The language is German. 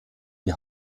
die